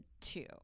two